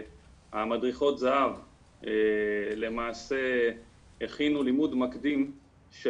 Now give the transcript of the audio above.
מדריכות הזה"ב למעשה הכינו לימוד מקדים של